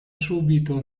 subito